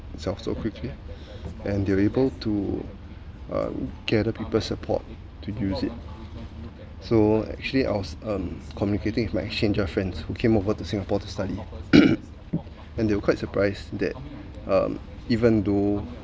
self so quickly and they're able to uh gather people support to use it so actually I was um communicating with my exchange friends who came over to singapore to study and they were quite surprise that um even though